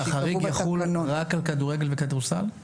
אז החריג יחול רק על כדורגל וכדורסל?